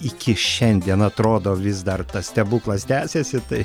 iki šiandien atrodo vis dar tas stebuklas tęsiasi tai